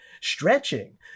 stretching